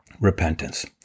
repentance